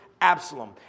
Absalom